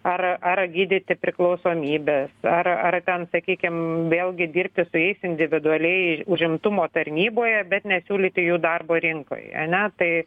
ar ar gydyti priklausomybes ar ar ten sakykim vėlgi dirbti su jais individualiai užimtumo tarnyboje bet ne siūlyti jų darbo rinkoj ane tai